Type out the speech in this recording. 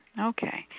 okay